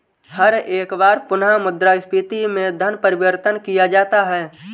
हर एक बार पुनः मुद्रा स्फीती में धन परिवर्तन किया जाता है